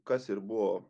kas ir buvo